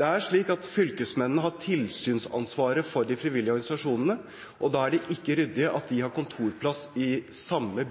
Fylkesmennene har tilsynsansvaret for de frivillige organisasjonene, og da er det ikke ryddig at de har kontorplass i samme